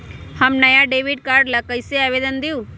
हम नया debit card ला कईसे आवेदन दिउ?